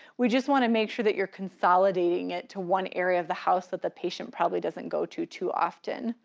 we just wanna make sure that you're consolidating it to one area of the house that the patient probably doesn't go to too often.